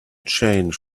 change